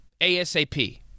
ASAP